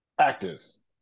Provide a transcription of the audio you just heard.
actors